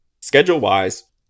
Schedule-wise